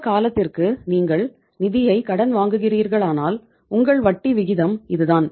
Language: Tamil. இந்த காலத்திற்கு நீங்கள் நிதியை கடன் வாங்கினால் உங்கள் வட்டி விகிதம் இதுதான்